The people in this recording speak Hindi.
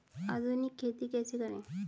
आधुनिक खेती कैसे करें?